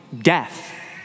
death